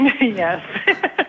Yes